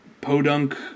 podunk